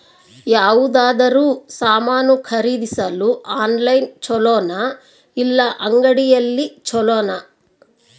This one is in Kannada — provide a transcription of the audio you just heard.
ಯಾವುದಾದರೂ ಸಾಮಾನು ಖರೇದಿಸಲು ಆನ್ಲೈನ್ ಛೊಲೊನಾ ಇಲ್ಲ ಅಂಗಡಿಯಲ್ಲಿ ಛೊಲೊನಾ?